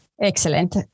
Excellent